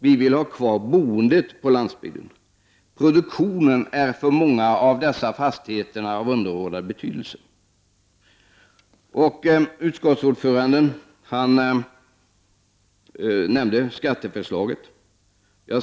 Vi vill ha kvar boendet på landsbygden. Produktionen är för många av dessa fastigheter av underordnad betydelse. Utskottsordföranden nämnde skatteförslaget.